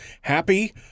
Happy